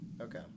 Okay